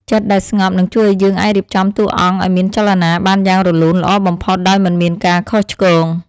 ចិត្តដែលស្ងប់នឹងជួយឱ្យយើងអាចរៀបចំតួអង្គឱ្យមានចលនាបានយ៉ាងរលូនល្អបំផុតដោយមិនមានការខុសឆ្គង។